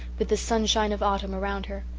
with the sunshine of autumn around her.